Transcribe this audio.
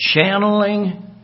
channeling